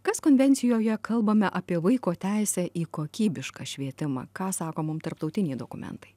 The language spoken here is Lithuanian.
kas konvencijoje kalbame apie vaiko teisę į kokybišką švietimą ką sako mum tarptautiniai dokumentai